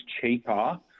cheaper